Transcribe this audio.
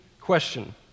question